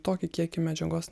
tokį kiekį medžiagos